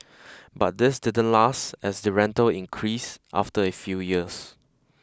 but this didn't last as the rental increased after a few years